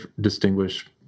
distinguish